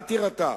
אל תירתע,